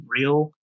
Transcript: real